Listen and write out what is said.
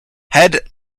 had